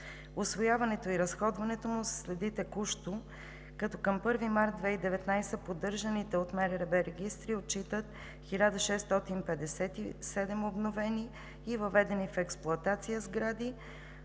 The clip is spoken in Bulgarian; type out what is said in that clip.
Усвояването и разходването му се следи текущо, като към 1 март 2019 г. поддържаните от МРРБ регистри отчитат 1657 обновени и въведени в експлоатация сгради,